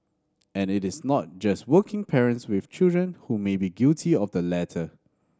and it is not just working parents with children who may be guilty of the latter